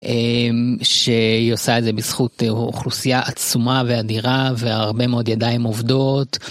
אאממ שהיא עושה את זה בזכות אוכלוסייה עצומה ואדירה והרבה מאוד ידיים עובדות.